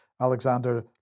Alexander